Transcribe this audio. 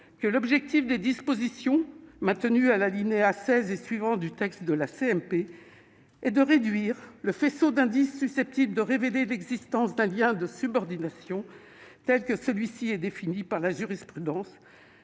que l'objectif des dispositions, maintenues aux alinéas 16 et suivants de l'article 2 du texte de la CMP, était de « réduire le faisceau d'indices susceptibles de révéler l'existence d'un lien de subordination, tel que celui-ci est défini par la jurisprudence